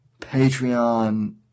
Patreon